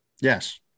Yes